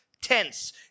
tense